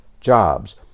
jobs